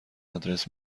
آدرس